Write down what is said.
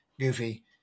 Goofy